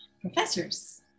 professors